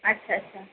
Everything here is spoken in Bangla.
আচ্ছা আচ্ছা